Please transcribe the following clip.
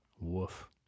woof